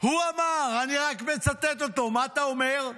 הוא אמר, אני רק מצטט אותו, מה אתה אומר?